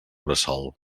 bressol